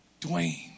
Dwayne